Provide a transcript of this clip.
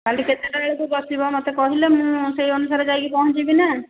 କାଲି କେତେଟା ବେଳକୁ ବସିବ ମତେ କହିଲେ ମୁଁ ସେଇ ଅନୁସାରେ ଯାଇକି ପହଞ୍ଚିବି ନା